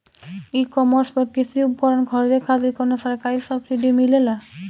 ई कॉमर्स पर कृषी उपकरण खरीदे खातिर कउनो सरकारी सब्सीडी मिलेला?